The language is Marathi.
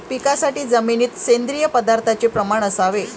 पिकासाठी जमिनीत सेंद्रिय पदार्थाचे प्रमाण असावे